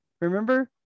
remember